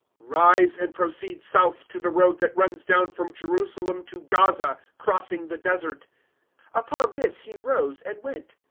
rise and proceed south to the road that runs down from jerusalem to gaza, crossing the desert upon this he rose and went.